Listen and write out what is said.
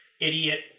idiot